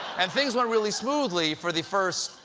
and things went really smoothly for the first.